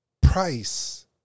price